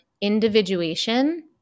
individuation